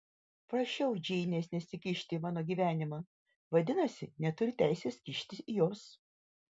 prašiau džeinės nesikišti į mano gyvenimą vadinasi neturiu teisės kištis į jos